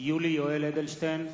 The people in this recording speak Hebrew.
יולי יואל אדלשטיין,